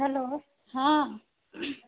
hello हँ